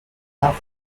tough